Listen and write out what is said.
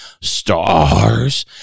stars